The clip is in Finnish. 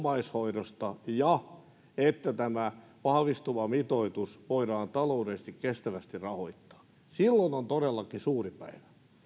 omaishoidosta ja että tämä vahvistuva mitoitus voidaan taloudellisesti kestävästi rahoittaa silloin on todellakin suuri päivä